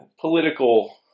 political